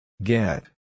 Get